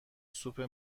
سوپ